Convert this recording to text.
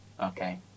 okay